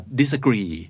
disagree